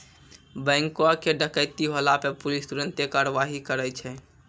बैंको के डकैती होला पे पुलिस तुरन्ते कारवाही करै छै